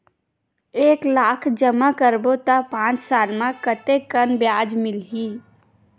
एक लाख जमा करबो त पांच साल म कतेकन ब्याज मिलही?